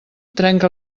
trenca